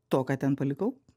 to ką ten palikau